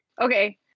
Okay